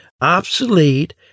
obsolete